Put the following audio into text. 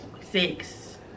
six